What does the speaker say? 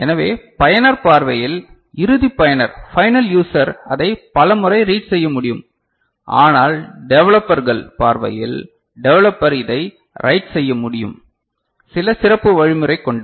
எனவே பயனர் பார்வையில் இறுதி பயனர் ஃபைனல் யூசர் அதை பல முறை ரீட் செய்ய முடியும் ஆனால் டெவலப்பர்கள் பார்வையில் டெவலப்பர் இதை ரைட் செய்ய முடியும் சில சிறப்பு வழிமுறைக் கொண்டு